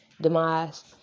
demise